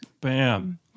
Bam